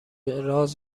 راز